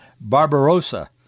Barbarossa